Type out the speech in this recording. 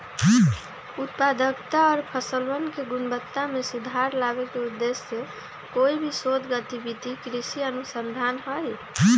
उत्पादकता और फसलवन के गुणवत्ता में सुधार लावे के उद्देश्य से कोई भी शोध गतिविधि कृषि अनुसंधान हई